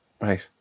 Right